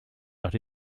but